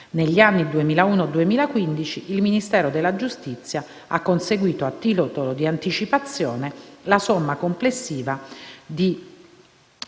Negli anni 2011-2015 il Ministero della giustizia ha conseguito, a titolo di anticipazione, la somma complessiva di